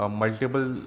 multiple